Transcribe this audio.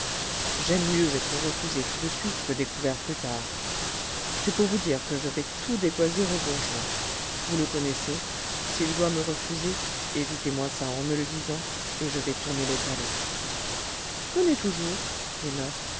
j'aime mieux être refusé tout de suite que découvert plus tard c'est pour vous dire que je vais tout dégoiser au bourgeois vous le connaissez s'il doit me refuser évitez moi ça en me le disant et je vais tourner les talons venez toujours